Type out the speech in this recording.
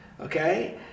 Okay